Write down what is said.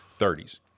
30s